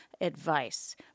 Advice